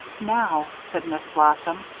now, said miss blossom,